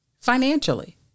financially